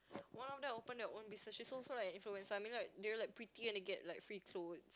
one of them open their own business she's also like an influencer I mean like they were like pretty and they get like free clothes